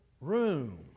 room